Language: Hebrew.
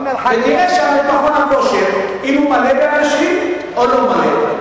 ותראה שם את מכון הכושר אם הוא מלא באנשים או לא מלא.